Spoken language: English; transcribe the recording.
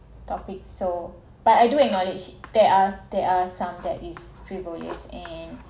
topic so but I do acknowledge there are there are some that is frivolous and